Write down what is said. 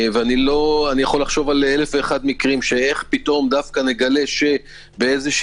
אני יכול לחשוב על אלף מקרים איך נגלה שבאיזושהי